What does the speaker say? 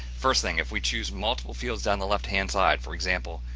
first thing if we choose multiple fields, down the left hand side. for example,